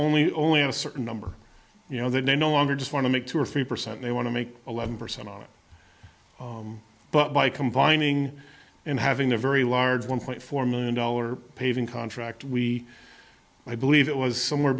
only only in a certain number you know that they no longer just want to make two or three percent they want to make eleven percent of it but by combining and having a very large one point four million dollar paving contract we i believe it was somewhere